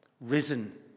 risen